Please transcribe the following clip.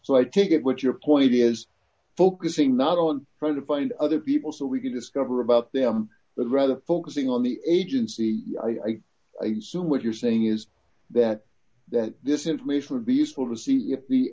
so i take it which your point is focusing not on credit find other people so we can discover about them but rather focusing on the agency i assume what you're saying is that that this information would be useful to see if the